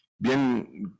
bien